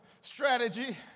strategy